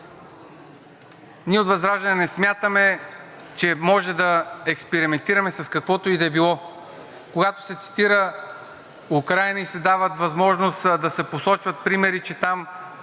Ние от ВЪЗРАЖДАНЕ не смятаме, че може да експериментираме с каквото и да било. Когато се цитира Украйна и се дава възможност да се посочват примери там